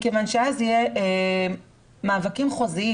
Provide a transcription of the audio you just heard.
מכיוון שאז יהיו מאבקים חוזיים